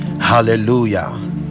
Hallelujah